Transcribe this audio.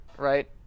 right